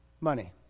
Money